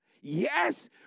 Yes